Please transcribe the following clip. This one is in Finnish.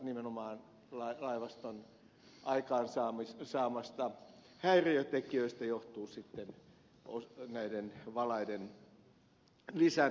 nimenomaan laivaston aikaansaamista häiriötekijöistä johtuvat sitten näiden valaiden lisääntymiseen ja joukkokuolemiin liittyvät tapaukset